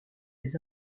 des